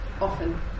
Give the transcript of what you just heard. often